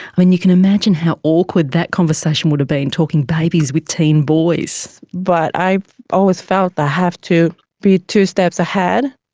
and you can imagine how awkward that conversation would have been, talking babies with teen boys. but i always felt i have to be two steps ahead.